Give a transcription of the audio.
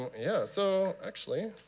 yeah, so actually,